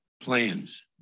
plans